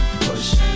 push